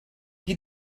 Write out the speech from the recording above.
qui